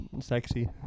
Sexy